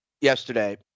yesterday